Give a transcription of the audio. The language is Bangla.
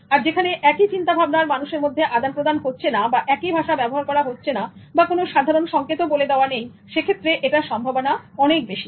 আর যেখানে একই চিন্তা ভাবনার মানুষের মধ্যে আদান প্রদান হচ্ছে না একই ভাষা ব্যবহার করা হচ্ছে না বা কোনো সাধারণ সংকেত ও বলে দেওয়া নেই সে ক্ষেত্রে এটার সম্ভাবনা অনেক বেশি